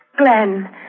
Glenn